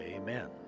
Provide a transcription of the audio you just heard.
Amen